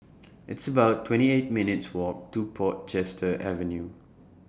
It's about twenty eight minutes Walk to Portchester Avenue